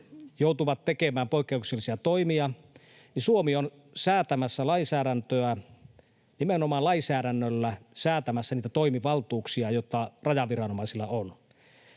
joutuvat tekemään poikkeuksellisia toimia, Suomi on nimenomaan lainsäädännöllä säätämässä niitä toimivaltuuksia, jotka rajaviranomaisilla on.